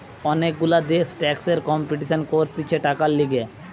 অনেক গুলা দেশ ট্যাক্সের কম্পিটিশান করতিছে টাকার লিগে